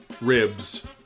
ribs